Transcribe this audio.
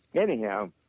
anyhow,